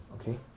okay